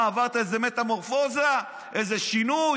מה, עברת איזה מטמורפוזה, איזה שינוי?